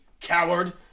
coward